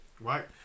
right